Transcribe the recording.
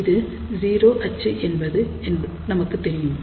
இது ஜீரோ அச்சு என்பது நமக்கு தெரியும்